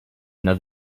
that